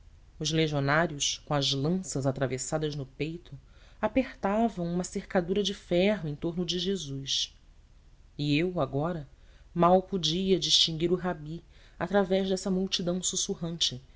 os legionários com as lanças atravessadas no peito apertavam uma cercadura de ferro em torno de jesus e eu agora mal podia distinguir o rabi através dessa multidão sussurrante